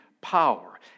power